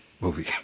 movie